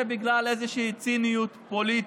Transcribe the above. רוצה לפגוע בהצעה החשובה הזאת בגלל איזושהי ציניות פוליטית